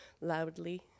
loudly